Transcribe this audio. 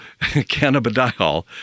cannabidiol